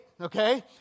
okay